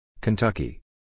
Kentucky